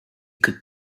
could